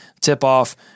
tip-off